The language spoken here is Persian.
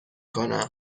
کنم